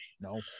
no